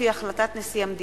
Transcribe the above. מס' 12) (שחרור לפי החלטת נשיא המדינה),